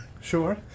Sure